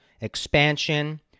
expansion